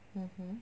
(uh huh)